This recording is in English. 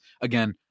Again